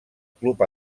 club